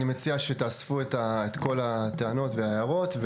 אני מציע שתאספו את כל הטענות וההערות,